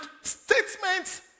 statements